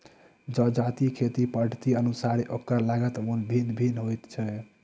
जजातिक खेती पद्धतिक अनुसारेँ ओकर लागत मूल्य भिन्न भिन्न होइत छै